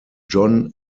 john